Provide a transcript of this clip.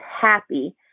happy